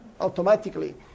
automatically